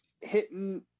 hitting